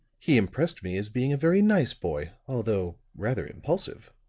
he impressed me as being a very nice boy, although rather impulsive.